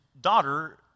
daughter